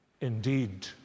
Indeed